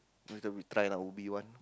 later we try lah Ubi one